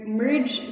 merge